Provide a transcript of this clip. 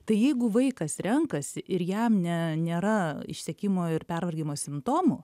tai jeigu vaikas renkasi ir jam ne nėra išsekimo ir pervargimo simptomų